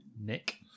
Nick